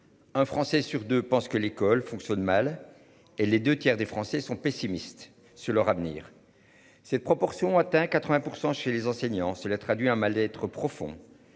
Un Français sur 2, pense que l'école fonctionne mal et les 2 tiers des Français sont pessimistes sur leur avenir. Cette proportion atteint 80% chez les enseignants, cela traduit un mal-être profond.